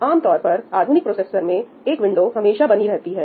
आमतौर पर आधुनिक प्रोसेसर में एक विंडो हमेशा बनी रहती है